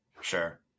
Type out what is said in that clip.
Sure